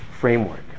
framework